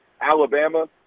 Alabama